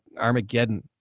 Armageddon